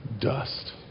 Dust